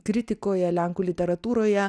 kritikoje lenkų literatūroje